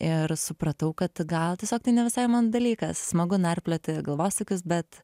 ir supratau kad gal tiesiog tai ne visai man dalykas smagu narplioti galvosūkius bet